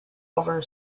over